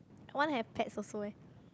I want have pets also eh